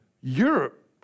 Europe